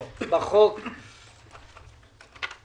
מי בעד ההסתייגות ירים את ידו.